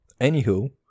anywho